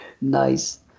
Nice